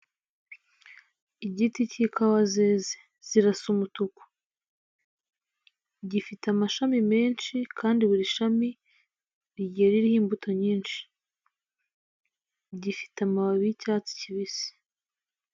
Igiti cy'ikawa zeze zirasa umutuku, gifite amashami menshi kandi buri shami rigiye ririho imbuto nyinshi, gifite amababi y'icyatsi kibisi.